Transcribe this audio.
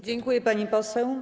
Dziękuję, pani poseł.